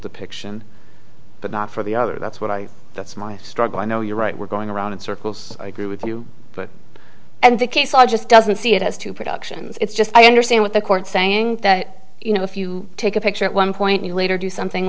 depiction but not for the other that's what i that's my struggle i know you're right we're going around in circles agree with you but and the case i just doesn't see it has to productions it's just i understand what the court saying that you know if you take a picture at one point you later do something